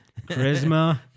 Charisma